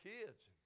kids